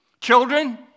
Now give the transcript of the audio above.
children